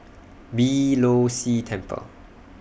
Beeh Low See Temple